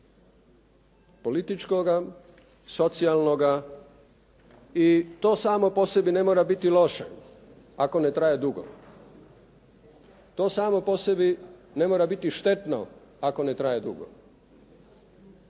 političkoga, socijalnoga i to samo po sebi ne mora biti loše ako ne traje dugo. To samo po sebi ne mora biti štetno ako ne traje dugo.